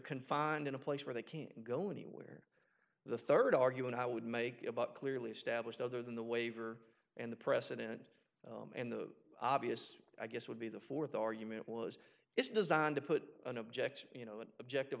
confined in a place where they can't go anywhere the third argument i would make about clearly established other than the waiver and the precedent and the obvious i guess would be the fourth argument was it's designed to put an object you know an object